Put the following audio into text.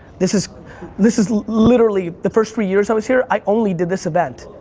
this is this is literally, the first three years i was here i only did this event,